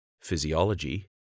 physiology